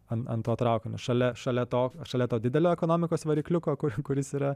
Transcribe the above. an an to traukinio šalia šalia to šalia to didelio ekonomikos varikliuko kuris yra